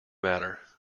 matter